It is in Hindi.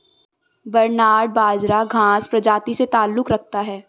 बरनार्ड बाजरा घांस प्रजाति से ताल्लुक रखता है